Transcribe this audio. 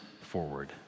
forward